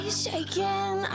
shaking